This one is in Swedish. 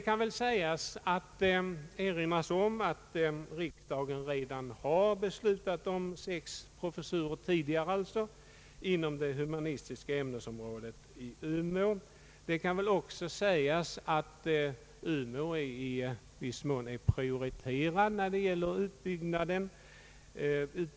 Jag vill erinra om att riksdagen redan tidigare har beslutat om sex professurer inom det humanistiska ämnesområdet i Umeå. Det kan också sägas att man i viss mån prioriterat Umeå när det gäller utbyggnaden.